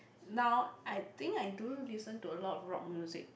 now I think I do listen to a lot of rock music